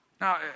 Now